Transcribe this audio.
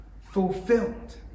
fulfilled